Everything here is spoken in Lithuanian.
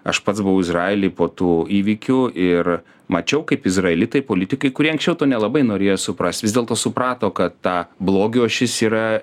aš pats buvau izraely po tų įvykių ir mačiau kaip izraelitai politikai kurie anksčiau to nelabai norėjo suprast vis dėlto suprato kad ta blogio ašis yra